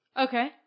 Okay